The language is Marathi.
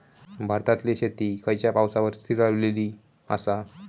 भारतातले शेती खयच्या पावसावर स्थिरावलेली आसा?